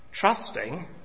trusting